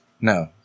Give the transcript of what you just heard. No